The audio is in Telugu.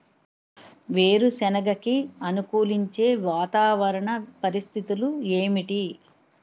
వేరుసెనగ కి అనుకూలించే వాతావరణ పరిస్థితులు ఏమిటి?